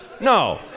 No